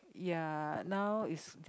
ya now is